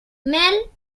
mel